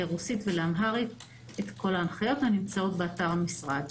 לרוסית ולאמהרית את כל ההנחיות הנמצאות באתר משרד.